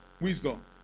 Wisdom